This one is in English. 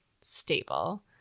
stable